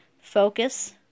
focus